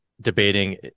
debating